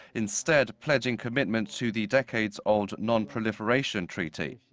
instead pledging commitment to the decades-old non-proliferation treaty.